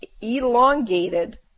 elongated